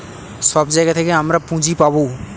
সব জায়গা থেকে আমরা পুঁজি পাবো